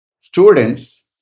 Students